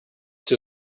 too